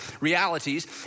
realities